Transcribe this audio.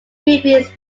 previous